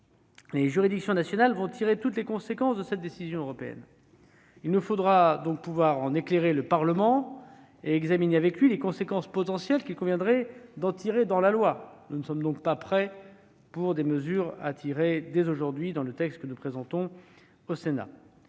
Les juridictions nationales tireront toutes les conséquences de cette décision européenne. Il nous faudra pouvoir en éclairer le Parlement et examiner avec lui les conséquences potentielles qu'il conviendrait d'en tirer dans la loi. Nous ne sommes donc pas prêts pour les introduire dans le texte que nous présentons aujourd'hui